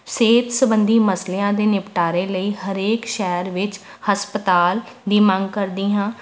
ਸਿਹਤ ਸੰਬੰਧੀ ਮਸਲਿਆਂ ਦੇ ਨਿਪਟਾਰੇ ਲਈ ਹਰੇਕ ਸ਼ਹਿਰ ਵਿੱਚ ਹਸਪਤਾਲ ਦੀ ਮੰਗ ਕਰਦੀ ਹਾਂ